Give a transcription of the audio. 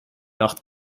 nacht